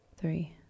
three